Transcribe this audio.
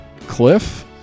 Cliff